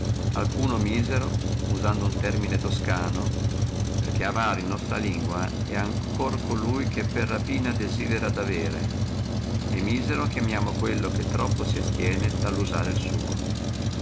alcuno misero usando uno termine toscano perché avaro in nostra lingua è ancora colui che per rapina desidera di avere misero chiamiamo noi quello che si astiene troppo di usare il suo